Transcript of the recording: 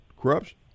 Corruption